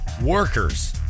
workers